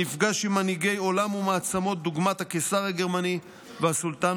הוא נפגש עם מנהיגי עולם ומעצמות דוגמת הקיסר הגרמני והסולטן